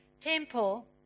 temple